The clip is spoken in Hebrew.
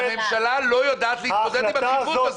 הממשלה לא יודעת להתמודד עם הדחיפות הזו.